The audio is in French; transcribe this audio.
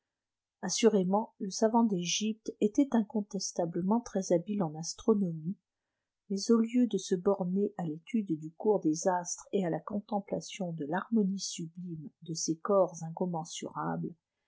assurément le savant d'egypte était incontestablement très habile en astronomie mais au lieu de se borner à l'étude du cours des astres et à la contemplation de l'harmonie sublime de ces corps incommensurables